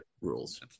rules